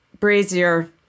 Brazier